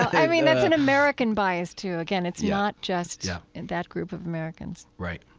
i mean, that's an american bias, too. again, it's not just yeah and that group of americans right.